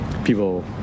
People